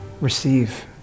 receive